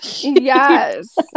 yes